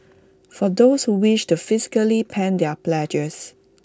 for those who wish to physically pen their pledges